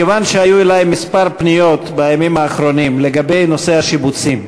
מכיוון שהיו אלי כמה פניות בימים האחרונים לגבי נושא השיבוצים,